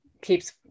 keeps